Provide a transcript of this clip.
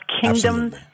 kingdom